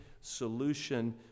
solution